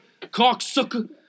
cocksucker